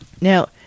Now